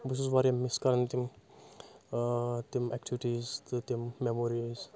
بہٕ چھُس واریاہ مِس کران تِم تِم ایٚکچوِٹیٖز تہٕ تِم میموریٖز